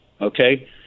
okay